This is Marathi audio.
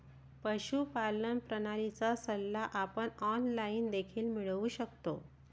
पशुपालन प्रणालीचा सल्ला आपण ऑनलाइन देखील मिळवू शकतो